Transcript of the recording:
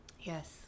Yes